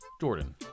Jordan